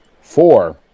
Four